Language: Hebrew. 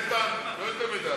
איתן, לא יותר מדי ארוך.